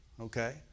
Okay